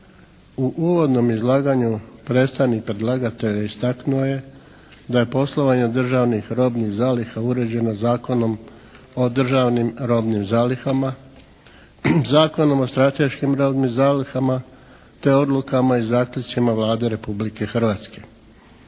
U uvodnom izlaganju predstavnik predlagatelja istaknuo je da je poslovanje državnih robnih zaliha uređeno Zakonom o državnim robnim zalihama, Zakonom o strateškim robnim zalihama te odlukama i zaključcima Vlade Republike Hrvatske.